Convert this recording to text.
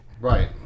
Right